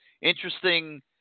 interesting